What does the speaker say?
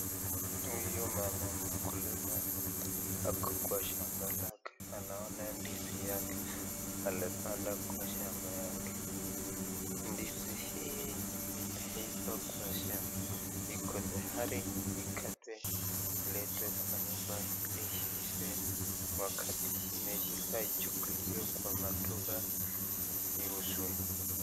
Huyu mama mkulima ako kwa shamba lake anaona ndizi yake alipanda kwa shamba yake. Ndizi hii imeiva kwa shamba, iko tayari ikatwe iletwe kwa nyumba iive, wakati imeiva ichukuliwe kwa maduka iuzwe.